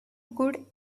good